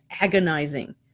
agonizing